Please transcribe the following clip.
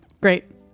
Great